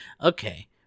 okay